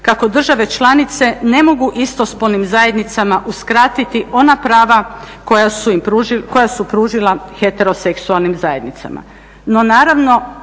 kako države članice ne mogu istospolnim zajednicama uskratiti ona prava koja su pružila heteroseksualnim zajednicama.